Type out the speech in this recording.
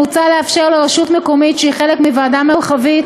מוצע לאפשר לרשות מקומית שהיא חלק מוועדה מרחבית